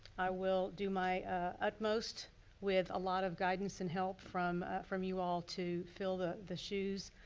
i will do my utmost with a lot of guidance and help from from you all to fill the the shoes,